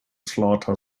slaughter